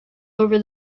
over